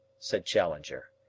said challenger.